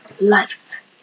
Life